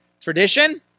Tradition